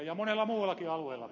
ja monella muullakin alueella